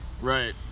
right